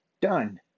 Done